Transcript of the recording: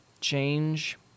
change